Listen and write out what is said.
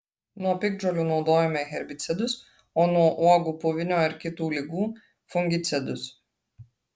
nuo piktžolių naudojome herbicidus o nuo uogų puvinio ir kitų ligų fungicidus